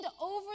over